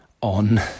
on